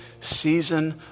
season